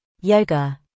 yoga